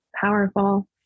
powerful